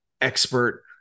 expert